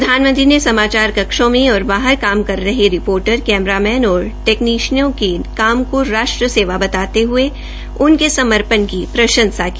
प्रधानमंत्री ने समाचार कक्षों में और बाहर काम कर रहे रिर्पोटर कमरामव्न और तकनीशनों के काम को राष्ट्र सेवा बताते हये उनके समपर्ण की प्रंशसा की